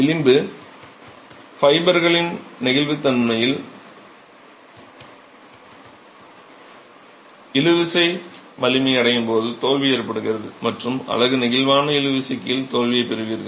விளிம்பு ஃபைபர்களின் நெகிழ்வுத்தன்மையில் இழுவிசை வலிமை அடையும் போது தோல்வி ஏற்படுகிறது மற்றும் அலகு நெகிழ்வான இழுவிசையின் கீழ் தோல்வியைப் பெறுவீர்கள்